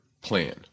plan